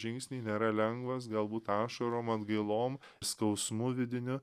žingsnį nėra lengvas galbūt ašarom atgailom skausmu vidiniu